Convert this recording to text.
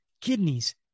kidneys